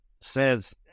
says